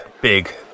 big